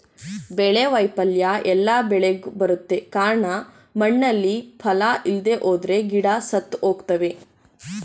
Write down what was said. ಬೆಳೆ ವೈಫಲ್ಯ ಎಲ್ಲ ಬೆಳೆಗ್ ಬರುತ್ತೆ ಕಾರ್ಣ ಮಣ್ಣಲ್ಲಿ ಪಾಲ ಇಲ್ದೆಹೋದ್ರೆ ಗಿಡ ಸತ್ತುಹೋಗ್ತವೆ